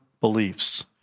beliefs